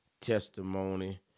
testimony